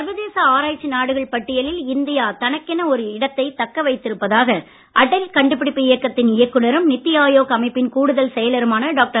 சர்வதேச ஆராய்ச்சி நாடுகள் பட்டியலில் இந்தியா தனக்கென ஒரு இடத்தை தக்க வைத்திருப்பதாக அடல் கண்டுபிடிப்பு இயக்கத்தின் இயக்குனரும் நித்தி ஆயோக் அமைப்பின் கூடுதல் செயலருமான டாக்டர்